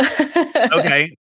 Okay